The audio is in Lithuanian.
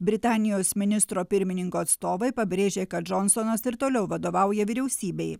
britanijos ministro pirmininko atstovai pabrėžė kad džonsonas ir toliau vadovauja vyriausybei